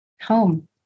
home